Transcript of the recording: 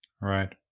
right